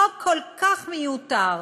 חוק כל כך מיותר.